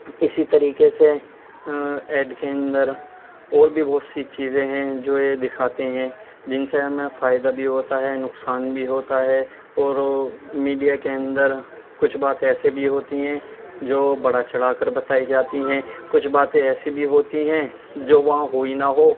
اسی طریقے سے ایڈ کے اندر اور بھی بہت سی چیزیں ہیں جو یہ دکھاتے ہیں جن سے ہمیں فائدہ بھی ہوتا ہے نقصان بھی ہوتا ہے اور میڈیا کے اندر کچھ بات ایسے بھی ہوتی ہیں جو بڑھا چڑھا کر بتائی جاتی ہیں کچھ باتیں ایسی بھی ہوتی ہیں جو وہاں ہوئی نہ ہو